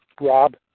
Rob